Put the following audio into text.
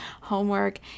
homework